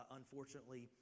unfortunately